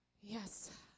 Yes